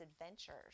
adventures